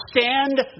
stand